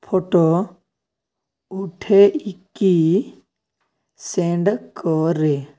photo ଉଠାଇକି send କରେ